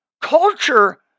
Culture